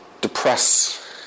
depress